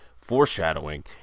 foreshadowing